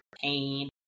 pain